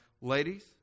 Ladies